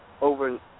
over